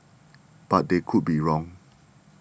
but they could be wrong